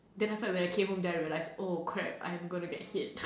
then after that when I came home then I realized oh crap I'm gonna get hit